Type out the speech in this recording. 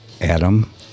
Adam